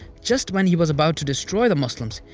just when he was about to destroy the muslims,